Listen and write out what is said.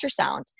ultrasound